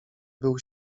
był